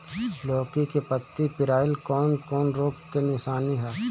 लौकी के पत्ति पियराईल कौन रोग के निशानि ह?